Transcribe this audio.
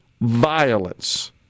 violence